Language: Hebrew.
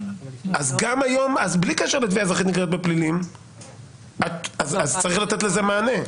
אז בלי קשר לתביעה אזרחית נגררת בפלילים צריך לתת לזה מענה.